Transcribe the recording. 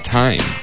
time